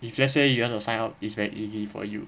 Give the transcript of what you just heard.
if let's say you want to sign up it's very easy for you